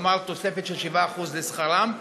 כלומר תוספת של 7% לשכרם,